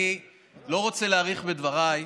אני לא רוצה להאריך בדבריי.